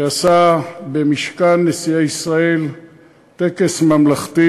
שעשה במשכן נשיאי ישראל טקס ממלכתי.